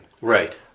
Right